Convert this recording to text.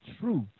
truth